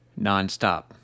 nonstop